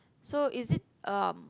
so is it um